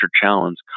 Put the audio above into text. Challenge